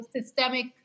systemic